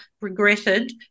regretted